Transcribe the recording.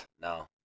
No